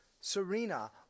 Serena